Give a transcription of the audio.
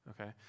Okay